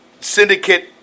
syndicate